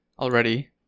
already